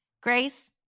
Grace